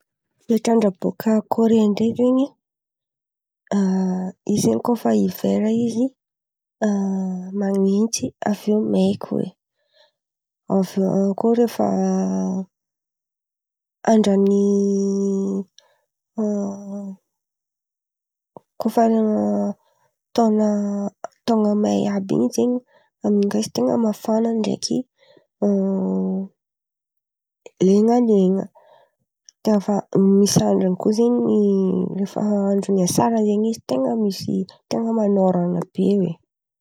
Toetrandra bôka Kôrea ndray zen̈y, a izy zen̈y koa fa hivera izy, a man̈intsy avy eo maiky hoe. Aviô koa rehefa andran’ny koa fa lera taona taona may àby in̈y zen̈y amin’in̈y ndray izy ten̈a mafana ndraiky a len̈alen̈a. De ava misy andrany koa zen̈y rehefa andron’ny asara zen̈y izy ten̈a misy ten̈a man̈ôran̈a be hoe.